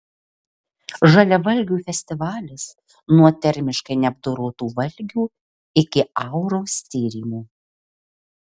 žaliavalgių festivalis nuo termiškai neapdorotų valgių iki auros tyrimų